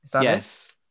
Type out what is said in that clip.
Yes